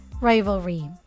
rivalry